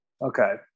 Okay